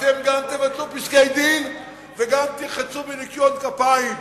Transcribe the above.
אתם גם תבטלו פסקי-דין וגם תרחצו בניקיון כפיים,